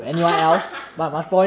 ah ah